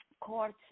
courts